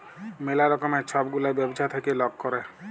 ম্যালা রকমের ছব গুলা ব্যবছা থ্যাইকে লক ক্যরে